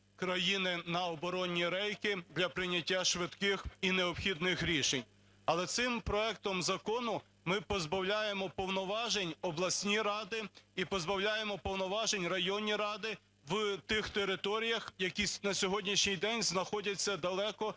країни на оборонні рейки для прийняття швидких і необхідних рішень. Але цим проектом закону ми позбавляємо повноважень обласні ради і позбавляємо повноважень районні ради в тих територіях, які на сьогоднішній день знаходяться далеко